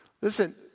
Listen